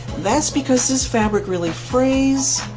that's because this fabric really frays,